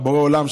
ולבורא עולם,